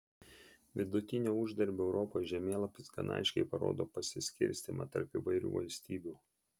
vidutinio uždarbio europoje žemėlapis gana aiškiai parodo pasiskirstymą tarp įvairių valstybių